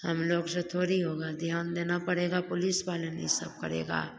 हम लोग से थोड़ी होगा ध्यान देना पड़ेगा पुलिस वाला ना ये सब करेगा